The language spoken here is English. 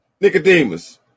Nicodemus